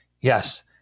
Yes